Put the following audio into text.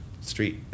street